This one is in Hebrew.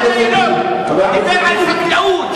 חבר הכנסת אילון דיבר על חקלאות,